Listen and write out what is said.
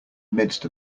midst